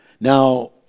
now